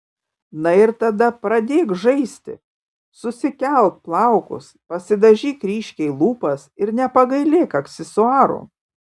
na ir tada pradėk žaisti susikelk plaukus pasidažyk ryškiai lūpas ir nepagailėk aksesuarų